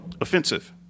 offensive